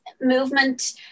movement